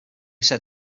said